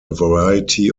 variety